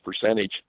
percentage